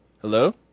Hello